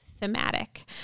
thematic